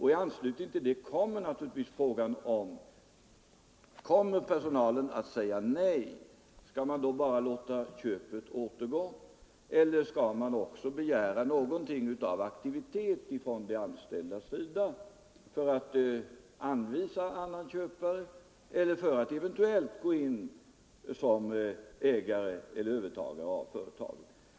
I anslutning därtill uppstår ju frågan hur man skall göra, om personalen säger nej till försäljning. Skall man då bara låta köpet återgå, eller skall man begära någon aktivitet från de anställdas sida, att de t.ex. anvisar annan köpare eller eventuellt går in som övertagare av företaget?